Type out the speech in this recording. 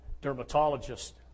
dermatologist